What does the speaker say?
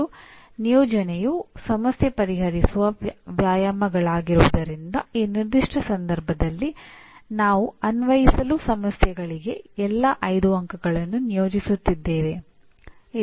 ಮತ್ತು ನಿಯೋಜನೆಯು ಸಮಸ್ಯೆ ಪರಿಹರಿಸುವ ವ್ಯಾಯಾಮಗಳಾಗಿರುವುದರಿಂದ ಈ ನಿರ್ದಿಷ್ಟ ಸಂದರ್ಭದಲ್ಲಿ ನಾವು ಅನ್ವಯಿಸಲು ಸಮಸ್ಯೆಗಳಿಗೆ ಎಲ್ಲಾ 5 ಅಂಕಗಳನ್ನು ನಿಯೋಜಿಸುತ್ತಿದ್ದೇವೆ